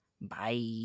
Bye